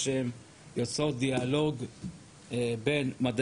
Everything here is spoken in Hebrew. כרגע אין לי תמריץ לקדם את הבין לאומיות,